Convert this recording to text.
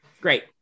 Great